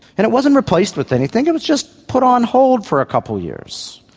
and it wasn't replaced with anything, it was just put on hold for a couple of years.